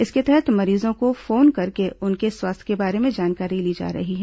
इसके तहत मरीजों को फोन करके उनके स्वास्थ्य के बारे में जानकारी ली जा रही है